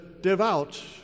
devout